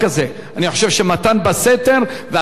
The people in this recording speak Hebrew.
והשר צודק לחלוטין בדבר הזה.